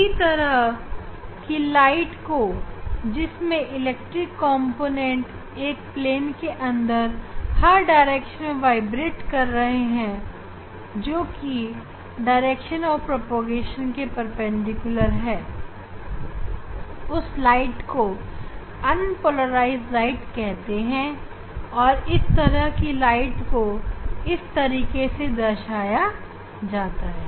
इस तरह की प्रकाश को जिसमें इलेक्ट्रिक कॉम्पोनेंट एक प्लेन के अंदर हर दिशा में वाइब्रेट कर रहे हैं जो प्लेन प्रकाश की गति की दिशा के परपेंडिकुलर है उस प्रकाश को अनपोलराइज्ड प्रकाश कहते हैं और इस तरह के प्रकाश को इस तरीके से दर्शाया जाता है